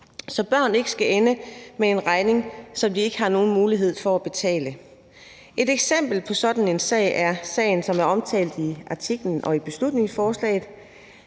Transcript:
så børnene ikke skal ende med en regning, som de ikke har nogen mulighed for at betale. Et eksempel på sådan en sag er sagen, som er omtalt i artiklen »Tre døtre